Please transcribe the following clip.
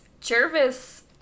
Jervis